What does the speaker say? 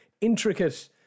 intricate